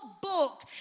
book